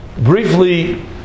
briefly